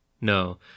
no